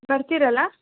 ಬರ್ತೀರ ಅಲ್ಲಾ